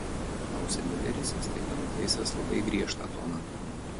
klausia miuleris staiga nutaisęs labai griežtą toną